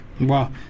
Wow